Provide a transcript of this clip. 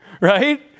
Right